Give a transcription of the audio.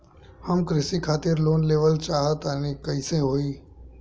हम कृषि खातिर लोन लेवल चाहऽ तनि कइसे होई?